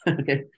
Okay